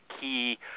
key